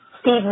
Steve